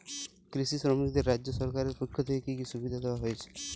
কৃষি শ্রমিকদের রাজ্য সরকারের পক্ষ থেকে কি কি সুবিধা দেওয়া হয়েছে?